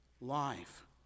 life